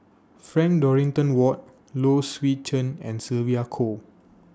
Frank Dorrington Ward Low Swee Chen and Sylvia Kho